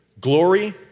glory